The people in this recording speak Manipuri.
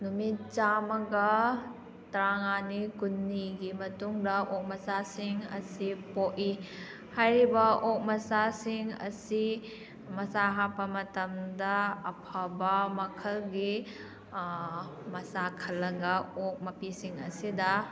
ꯅꯨꯃꯤꯠ ꯆꯥꯝꯃꯒ ꯇꯔꯥ ꯃꯉꯥꯅꯤ ꯀꯨꯟꯅꯤꯒꯤ ꯃꯇꯨꯡꯗ ꯑꯣꯛ ꯃꯆꯥꯁꯤꯡ ꯑꯁꯤ ꯄꯣꯛꯏ ꯍꯥꯏꯔꯤꯕ ꯑꯣꯛ ꯃꯆꯥꯁꯤꯡ ꯑꯁꯤ ꯃꯆꯥ ꯍꯥꯞꯄ ꯃꯇꯝꯗ ꯑꯐꯕ ꯃꯈꯜꯒꯤ ꯃꯆꯥ ꯈꯜꯂꯒ ꯑꯣꯛ ꯃꯄꯤꯁꯤꯡ ꯑꯁꯤꯗ